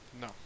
No